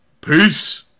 peace